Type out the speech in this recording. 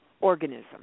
organism